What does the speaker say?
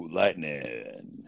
lightning